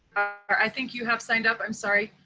i think you have signed up. i'm sorry.